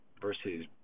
versus